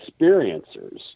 experiencers